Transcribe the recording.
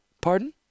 Pardon